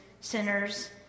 sinners